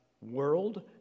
world